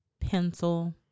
pencil